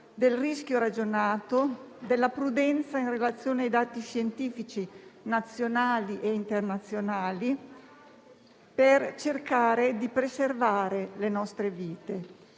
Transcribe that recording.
del rischio ragionato, della prudenza in relazione ai dati scientifici nazionali e internazionali, per cercare di preservare le nostre vite.